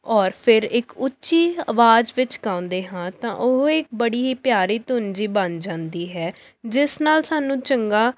ਔਰ ਫਿਰ ਇੱਕ ਉੱਚੀ ਆਵਾਜ਼ ਵਿੱਚ ਗਾਉਂਦੇ ਹਾਂ ਤਾਂ ਉਹ ਇਕ ਬੜੀ ਹੀ ਪਿਆਰੀ ਧੁੰਨ ਜਿਹੀ ਬਣ ਜਾਂਦੀ ਹੈ ਜਿਸ ਨਾਲ ਸਾਨੂੰ ਚੰਗਾ